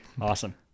Awesome